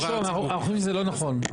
אנחנו חושבים שזה לא נכון,